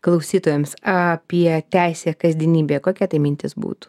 klausytojams apie teisę kasdienybėje kokia tai mintis būtų